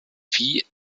vieh